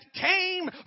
came